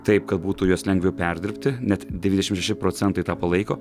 taip kad būtų juos lengviau perdirbti net devyniasdešim šeši procentai tą palaiko